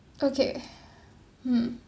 okay mm